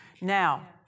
Now